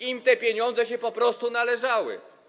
Im te pieniądze się po prostu należały.